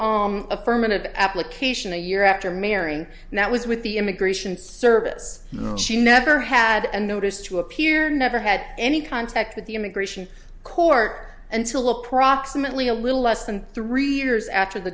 all affirmative application a year after marrying and that was with the immigration service she never had a notice to appear never had any contact with the immigration court until approximately a little less than three years after the